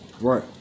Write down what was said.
Right